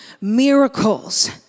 miracles